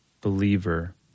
believer